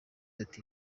ati